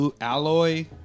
alloy